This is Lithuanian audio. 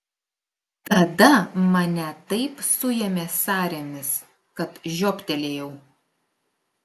tada mane taip suėmė sąrėmis kad žioptelėjau